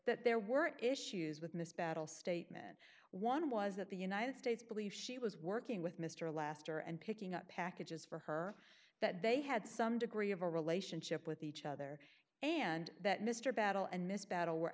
that there were issues with miss battle statement one was that the united states believed she was working with mr lester and picking up packages for her that they had some degree of a relationship with each other and that mr battle and miss battle were